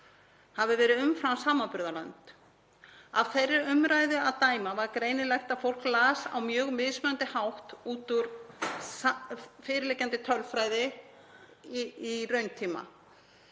hafi verið umfram samanburðarlönd. Af þeirri umræðu að dæma var greinilegt að fólk las á mjög mismunandi hátt út úr fyrirliggjandi tölfræði í rauntíma.